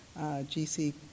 GC